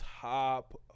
top